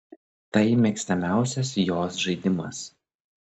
tai mėgstamiausias jos žaidimas